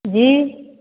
जी